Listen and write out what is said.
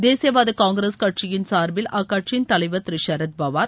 தேசியவாத காங்கிரஸ் கட்சியின் சார்பில் அக்கட்சியின் தலைவர் திரு சரத்பவார்